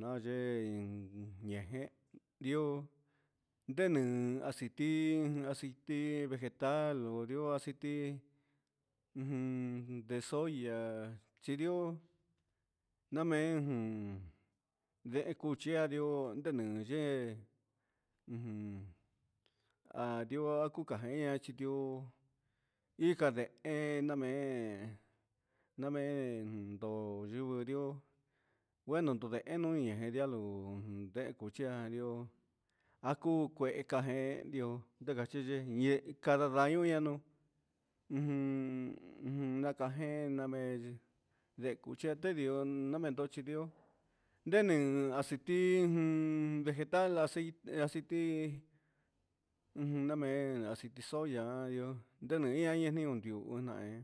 nayen ña'a jen ndió namen aceiti, aciti vegetal odi'ó aciti ujun de soya chidi'ó namen deen de cuchi anrió nenden yen, ujun anrio akuka jeña xhitió hija de enan me'en, namen ndo yuu di'ó cunando ndien en dialogo nde kuriado aku ka kué kajen nrió ndaka xhiche ché ndio cada daño ujun ujun nakajen ndamen ndekuchen tedió nakachen tedió tin vegetal aci aciti, ujun namen aciti zoya anrió ndene na ihó nakundio unan hé.